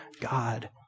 God